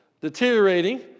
deteriorating